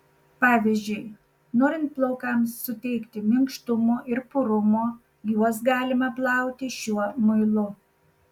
pavyzdžiui norint plaukams suteikti minkštumo ir purumo juos galima plauti šiuo muilu